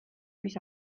mis